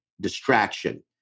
distraction